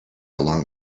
along